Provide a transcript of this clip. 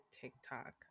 TikTok